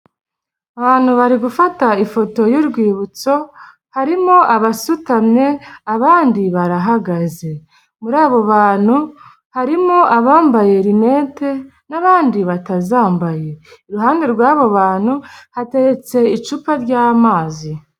Abantu bari gufata ifoto y'urwibutso, harimo abasutamye, abandi barahagaze muri abo bantu harimo abambaye rinete n'abandi batazambaye, iruhande rw'abo bantu hateretse icupa ry'amazi.